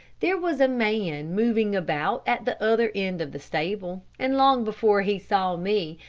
there was a man moving about at the other end of the stable, and long before he saw me,